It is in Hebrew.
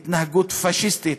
התנהגות פאשיסטית,